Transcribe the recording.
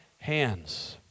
hands